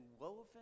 woven